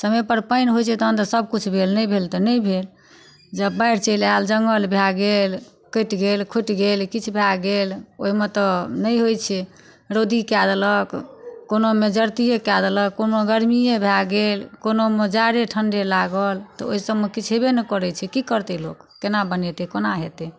समयपर पानि होइ छै तहन तऽ सब किछु भेल ने भेल तऽ नहि भेल जब बाढ़ि चलि आयल जङ्गल भए गेल कटि गेल खुटि गेल किछु गेल ओइमे तऽ नहि होइ छै रौदी कए देलक कोनोमे जरतिये कए देलक कोनो गर्मिये भए गेल कोनोमे जाड़े ठण्डे लागल तऽ ओइसब मे किछु हेबै नहि करै छै कि करतै लोक केना बनेतै कोना हेतै